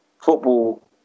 football